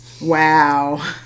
Wow